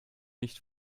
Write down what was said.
nicht